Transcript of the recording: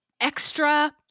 extra